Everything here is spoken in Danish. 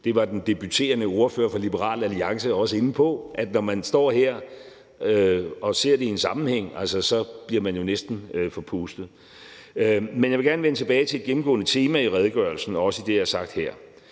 det var den debuterende ordfører for Liberal Alliance også inde på – sige, at når man står her og ser det i en sammenhæng, så bliver man jo næsten forpustet. Men jeg vil gerne vende tilbage til et gennemgående tema i redegørelsen, også i det, jeg har sagt her,